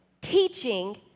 teaching